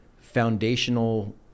foundational